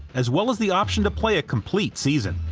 as well as the option to play a complete season.